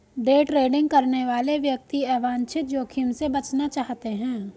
day trading करने वाले व्यक्ति अवांछित जोखिम से बचना चाहते हैं